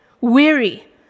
weary